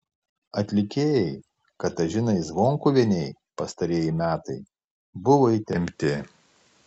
atlikėjai katažinai zvonkuvienei pastarieji metai buvo įtempti